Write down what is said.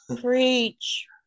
Preach